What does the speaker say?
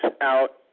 out